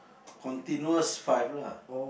continuous five lah